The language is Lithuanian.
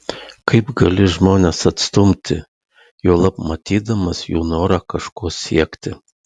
kaip gali žmones atstumti juolab matydamas jų norą kažko siekti